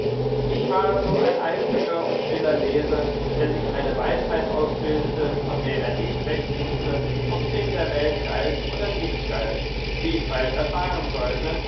ich war so ein eifriger und stiller leser der sich eine weisheit ausbildete von der er nicht recht wußte ob sie in der welt galt oder nicht galt wie ich bald erfahren sollte